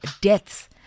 deaths